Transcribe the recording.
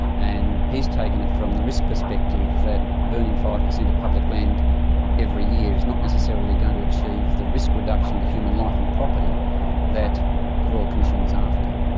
and he's taken it from the risk perspective, that burning five percent of public land every year is not necessarily going to achieve the risk reduction to human life and property that the royal commission was after,